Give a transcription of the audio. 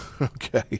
okay